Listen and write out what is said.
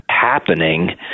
happening